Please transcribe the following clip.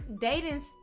dating